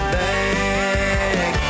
back